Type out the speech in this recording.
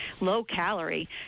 low-calorie